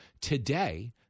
Today